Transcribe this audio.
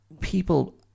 people